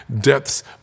depths